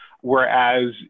whereas